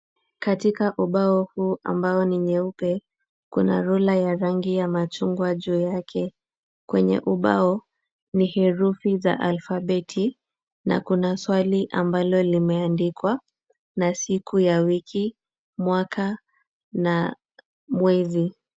Katika ubao huu ambao ni nyeupe, kuna ruler ya rangi ya machungwa juu yake. Kwenye ubao ni herufi za alfabeti na kuna swali ambalo limeandikwa na siku ya wiki, mwaka na mwezi.